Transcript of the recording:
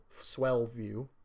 Swellview